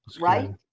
right